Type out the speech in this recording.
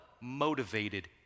motivated